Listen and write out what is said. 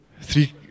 three